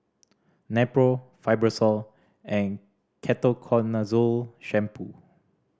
Nepro Fibrosol and Ketoconazole Shampoo